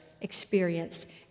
experienced